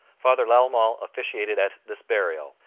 father lalemant officiated at this burial,